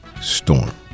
storm